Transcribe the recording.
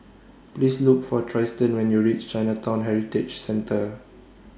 Please Look For Trystan when YOU REACH Chinatown Heritage Centre